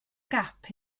gap